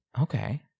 Okay